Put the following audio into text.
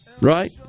right